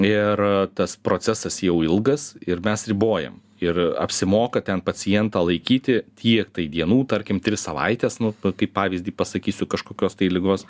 ir tas procesas jau ilgas ir mes ribojam ir apsimoka ten pacientą laikyti tiek tai dienų tarkim tris savaites nu kaip pavyzdį pasakysiu kažkokios tai ligos